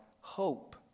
hope